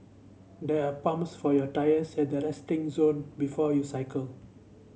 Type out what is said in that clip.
there are pumps for your tyres at the resting zone before you cycle